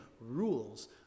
rules